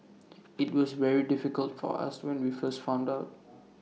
IT was very difficult for us when we first found out